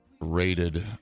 rated